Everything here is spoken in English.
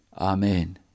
Amen